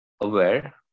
aware